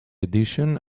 addition